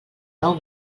nou